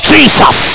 Jesus